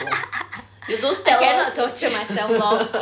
I cannot torture myself lor